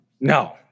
No